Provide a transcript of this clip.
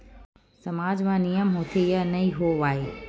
सामाज मा नियम होथे या नहीं हो वाए?